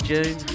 June